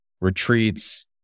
retreats